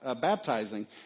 baptizing